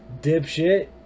dipshit